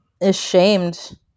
ashamed